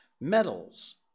metals